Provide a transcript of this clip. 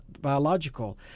biological